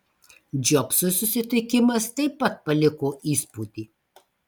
džobsui susitikimas taip pat paliko įspūdį